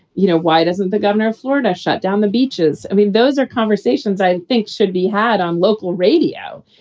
you know, why doesn't the governor of florida shut down the beaches? i mean, those are conversations i think should be had on local radio.